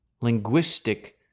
linguistic